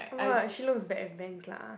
oh-my-god she looks bad with bangs lah